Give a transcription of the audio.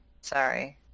Sorry